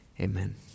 Amen